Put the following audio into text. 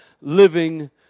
living